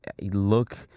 look